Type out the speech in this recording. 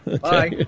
Bye